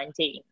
2019